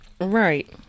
Right